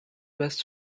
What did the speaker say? west